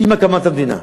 עם הקמת המדינה,